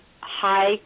high